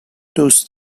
دوست